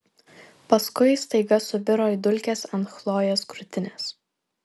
paskui staiga subiro į dulkes ant chlojės krūtinės